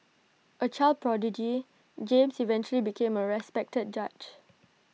A child prodigy James eventually became A respected judge